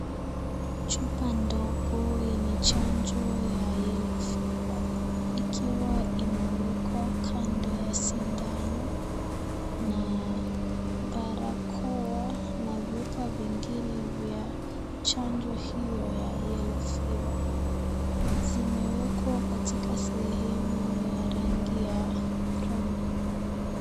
Chupa ndogo yenye chanjo ya yellow fever ikiwa imewekwa kando ya sindano ikiwa na barakoa na chupa vingine vya chanjo hiyo ya yellow fever. Zimewekwa sehemu ya rangi ya (cs) brown (cs).